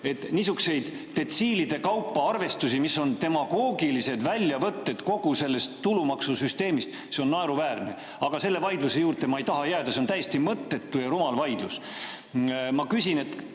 Niisugused detsiilide kaupa arvestused, mis on demagoogilised väljavõtted kogu sellest tulumaksusüsteemist, on naeruväärsed. Aga selle vaidluse juurde ma ei taha jääda, see on täiesti mõttetu ja rumal vaidlus. Ma küsin: kas